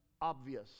obvious